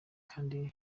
kandi